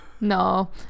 no